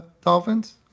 Dolphins